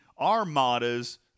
Armadas